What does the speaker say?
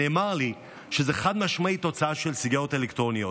נאמר לי שזה חד-משמעית תוצאה של סיגריות אלקטרוניות.